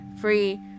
free